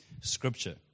Scripture